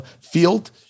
field